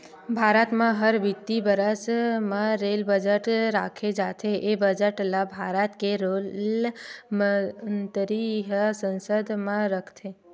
भारत म हर बित्तीय बरस म रेल बजट राखे जाथे ए बजट ल भारत के रेल मंतरी ह संसद म रखथे